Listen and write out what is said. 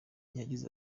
yagize